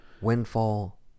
Windfall